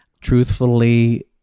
truthfully